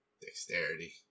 Dexterity